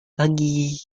pagi